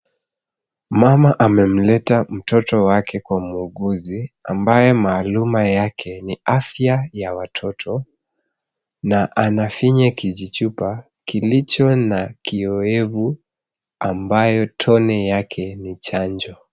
Mama amemleta mtoto wake kwa muuguzi ambaye maaluma yake ni afya ya watoto na anafinya kijichupa kilicho na kiwewevu ambayo tone yake ni chanjo.